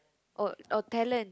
oh oh talent